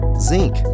zinc